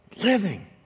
living